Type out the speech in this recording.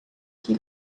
que